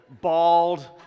bald